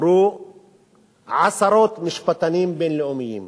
אמרו עשרות משפטנים בין-לאומיים,